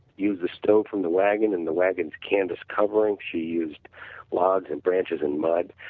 used the stow from the wagon and the wagon's canvas covering. she used logs and branches and mud,